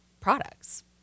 products